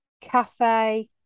cafe